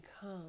come